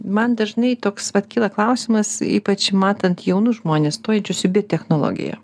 man dažnai toks vat kyla klausimas ypač matant jaunus žmones stojančius į biotechnologiją